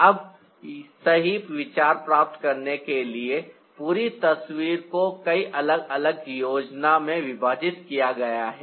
अब सही विचार प्राप्त करने के लिए पूरी तस्वीर को कई अलग अलग योजना में विभाजित किया गया है